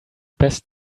best